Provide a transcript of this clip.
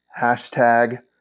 hashtag